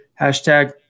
Hashtag